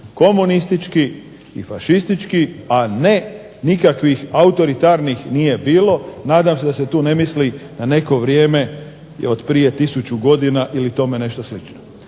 komunistički i fašistički, a ne nikakvih autoritarnih nije bilo. Nadam se da se tu ne misli na neko vrijeme od prije 1000 godina ili tome nešto slično.